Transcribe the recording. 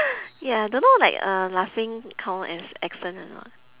ya don't know like uh laughing count as accent or not